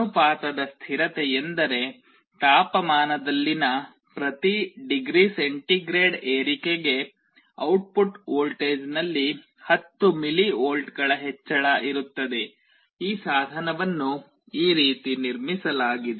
ಅನುಪಾತದ ಸ್ಥಿರತೆಯೆಂದರೆ ತಾಪಮಾನದಲ್ಲಿನ ಪ್ರತಿ ಡಿಗ್ರಿ ಸೆಂಟಿಗ್ರೇಡ್ ಏರಿಕೆಗೆ ಔಟ್ಪುಟ್ ವೋಲ್ಟೇಜ್ನಲ್ಲಿ 10 ಮಿಲಿವೋಲ್ಟ್ಗಳ ಹೆಚ್ಚಳ ಇರುತ್ತದೆ ಈ ಸಾಧನವನ್ನು ಈ ರೀತಿ ನಿರ್ಮಿಸಲಾಗಿದೆ